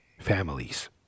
families